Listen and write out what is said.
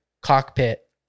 cockpit